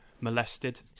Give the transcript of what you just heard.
molested